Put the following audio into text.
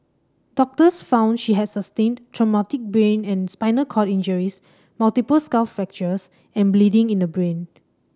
doctors found she had sustained traumatic brain and spinal cord injuries multiple skull fractures and bleeding in the brain